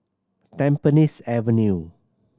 Tampines Avenue